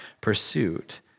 pursuit